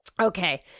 Okay